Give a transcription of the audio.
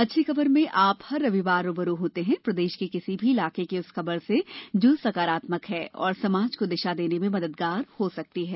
अच्छी खबर में आप हर रविवार रू ब रू होते हैं प्रदेश के किसी भी इलाके की उस खबर से जो सकारात्मक है और समाज को दिशा देने में मददगार हो सकती है